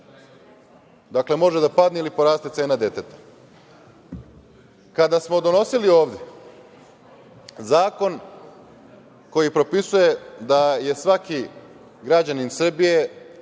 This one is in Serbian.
fiskna. Može da padne ili poraste cena deteta. Kada smo donosili ovde zakon koji propisuje da je svaki građanin Srbije